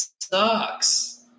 sucks